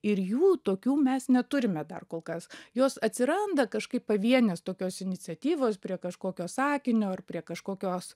ir jų tokių mes neturime dar kol kas jos atsiranda kažkaip pavienės tokios iniciatyvos prie kažkokio sakinio ar prie kažkokios